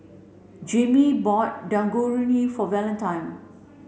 Jaimee bought Dangojiru for Valentine